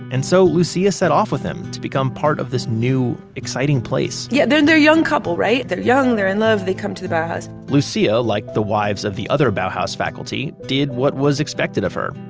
and so lucia set off with them to become part of this new exciting place yeah, they're a young couple, right? they're young. they're in love. they come to the bauhaus lucia, like the wives of the other bauhaus faculty, did what was expected of her,